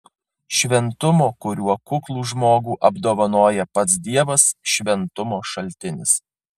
šventumo kuriuo kuklų žmogų apdovanoja pats dievas šventumo šaltinis